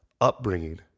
upbringing